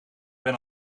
ben